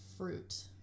Fruit